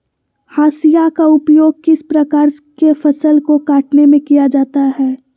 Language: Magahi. हाशिया का उपयोग किस प्रकार के फसल को कटने में किया जाता है?